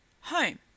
Home